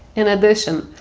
in addition,